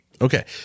Okay